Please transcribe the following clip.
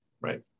Right